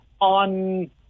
on